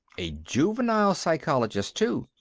a juvenile psychologist, too.